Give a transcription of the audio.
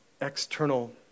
external